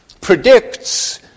predicts